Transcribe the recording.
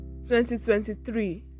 2023